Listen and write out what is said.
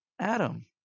Adam